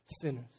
sinners